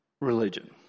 religion